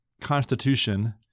Constitution